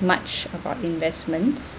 much about investments